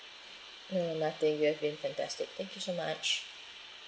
no nothing you have been fantastic thank you so much